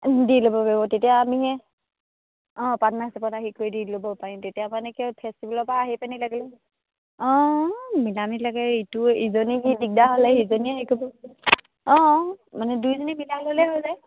দি ল'ব পাৰিব তেতিয়া আমিহে অঁ পাৰ্টনাৰশ্বিপত আহি কৰি দি ল'ব পাৰিম তেতিয়া মানে কি আৰু ফেষ্টিভেলৰ পৰা আহি পানি লাগিম অঁ মিলামিলি লাগে ইটো ইজনী কি দিগদাৰ হ'লে সিজনীয়ে হেৰি কৰিব অঁ মানে দুইজনী মিলাই ল'লে হ'লেই